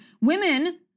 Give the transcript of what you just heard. Women